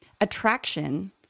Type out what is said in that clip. attraction